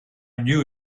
knew